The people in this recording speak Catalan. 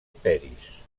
peris